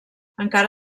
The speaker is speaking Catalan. encara